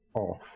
off